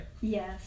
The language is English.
Yes